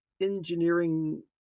engineering